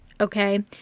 Okay